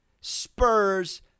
Spurs